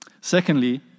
Secondly